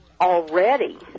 already